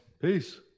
peace